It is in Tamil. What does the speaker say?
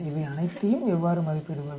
இவை அனைத்தையும் எவ்வாறு மதிப்பிடுவது